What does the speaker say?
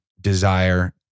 desire